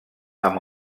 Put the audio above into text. amb